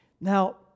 Now